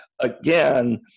again